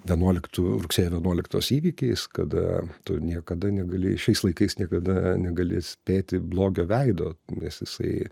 vienuoliktu rugsėjo vienuoliktos įvykiais kada tu niekada negali šiais laikais niekada negali spėti blogio veido nes jisai